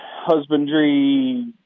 husbandry